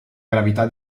gravità